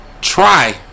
Try